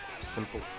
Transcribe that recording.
simple